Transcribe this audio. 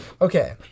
Okay